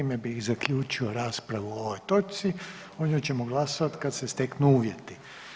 Time bih i zaključio raspravu o ovoj točci, o njoj ćemo glasovati kad se steknu uvjeti.